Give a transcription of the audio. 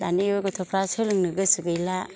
दानि गथ'फ्रा सोलोंनो गोसो गैला